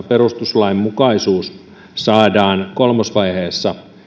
perustuslainmukaisuus saadaan kolmosvaiheessa